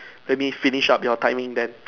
let me finish up your timing then